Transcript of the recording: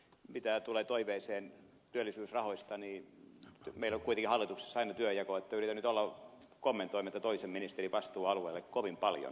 mitä tulee toiveeseen työllisyysrahoista niin meillä on kuitenkin hallituksessa sellainen työnjako että yritän nyt olla kommentoimatta toisen ministerin vastuualuetta kovin paljon